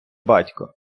батько